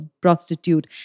prostitute